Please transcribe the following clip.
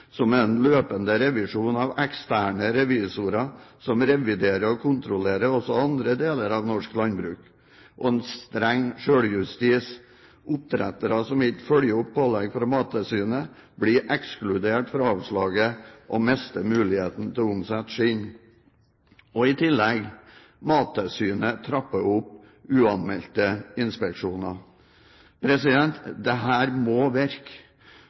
som er en løpende revisjon av eksterne revisorer som reviderer og kontrollerer også andre deler av norsk landbruk streng selvjustis – oppdrettere som ikke følger opp pålegg fra Mattilsynet, blir ekskludert fra avlslaget og mister muligheten til å omsette skinn Og i tillegg: Mattilsynet trapper opp uanmeldte inspeksjoner. Dette må virke. Åpenhet, og det